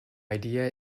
idea